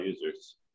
users